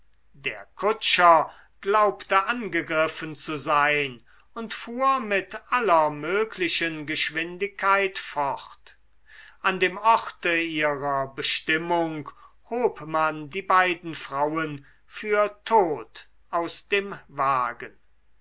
der kutscher glaubte angegriffen zu sein und fuhr mit aller möglichen geschwindigkeit fort an dem orte ihrer bestimmung hob man die beiden frauen für tot aus dem wagen